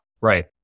Right